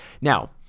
now